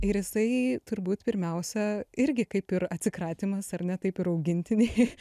ir jisai turbūt pirmiausia irgi kaip ir atsikratymas ar ne taip ir augintiniai